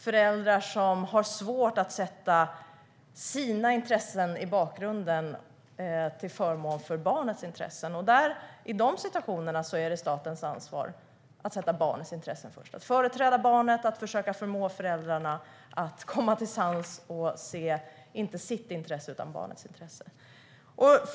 Föräldrarna har svårt att sätta sina intressen i bakgrunden till förmån för barnets intressen. I de situationerna är det statens ansvar att sätta barnets intresse först, att företräda barnet och försöka förmå föräldrarna att komma till sans och se till barnets intresse i stället för till sitt eget.